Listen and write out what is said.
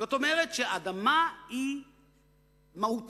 זאת אומרת, שאדמה היא מהותנו,